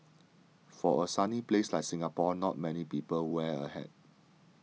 for a sunny place like Singapore not many people wear a hat